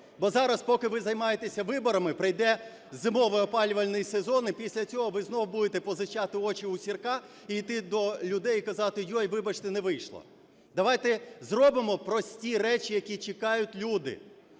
Бо зараз, поки ви займаєтеся виборами, прийде зимовий опалювальний сезон, і після цього ви знову будете позичати очі у Сірка і йти до людей і казати, ой, вибачте, не вийшло. Давайте зробимо прості речі, яких чекають люди: